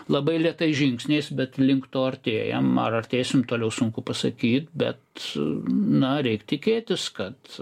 labai lėtais žingsniais bet link to artėjam ar artėsim toliau sunku pasakyt bet na reik tikėtis kad